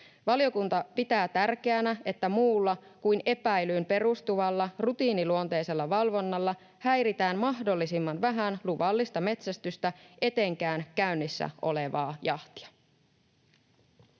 Valiokunta pitää tärkeänä, että muulla kuin epäilyyn perustuvalla rutiiniluonteisella valvonnalla häiritään mahdollisimman vähän luvallista metsästystä, etenkin käynnissä olevaa jahtia.